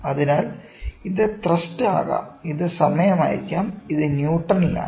അതിനാൽ ഇത് ത്രസ്റ്റ് ആകാം ഇത് സമയമായിരിക്കാം ഇത് ന്യൂട്ടണിലാണ്